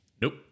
Nope